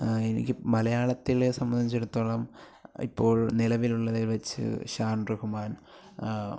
എനിക്ക് മലയാളത്തിലെ സംബന്ധിച്ചിടത്തോളം ഇപ്പോൾ നിലവിലുള്ളതിൽ വച്ച് ഷാൻ റഹ്മാൻ